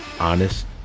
honest